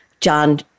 John